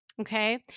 Okay